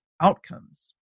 outcomes